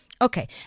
Okay